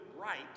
right